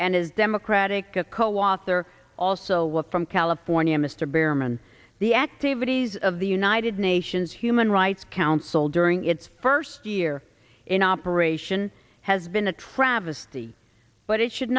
and his democratic a co author also with from california mr behrman the activities of the united nations human rights council during its first year in operation has been a travesty but it should